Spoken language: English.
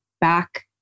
back